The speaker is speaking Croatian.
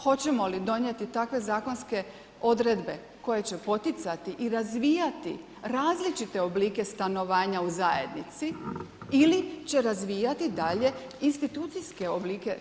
Hoćemo li donijeti takve zakonske odredbe koje će poticati i razvijati različite oblike stanovanja u zajednici ili će razvijati dalje institucijske oblike.